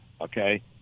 Okay